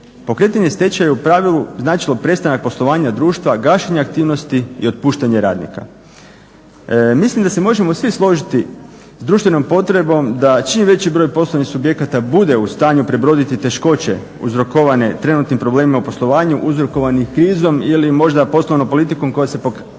Pokretanje stečaja u pravilu značilo prestanak poslovanja društva, gašenja aktivnosti i otpuštanja radnika. Mislim da se možemo svi složiti s društvenom potrebom da čim veći broj poslovnih subjekata bude u stanju prebroditi teškoće uzrokovane trenutnim problemima u poslovanju uzrokovanih krizom ili možda poslovnom politikom koja se pokazala